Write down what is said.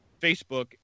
facebook